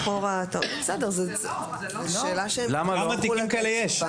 הכי חשוב זה להבין כמה תיקים כאלה יש.